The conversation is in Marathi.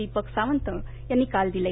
दीपक सावंत यांनी काल दिले